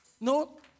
No